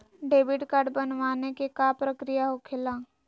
Debit card बनवाने के का प्रक्रिया होखेला?